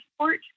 support